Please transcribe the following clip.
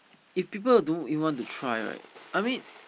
if people don't even want to try right I mean